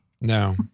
No